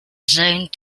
zoned